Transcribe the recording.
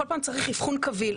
כל פעם צריך אבחון כביל,